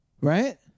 Right